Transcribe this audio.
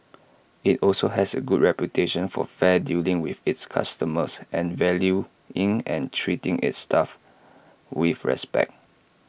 IT also has A good reputation for fair dealing with its customers and valuing and treating its staff with respect